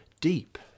deep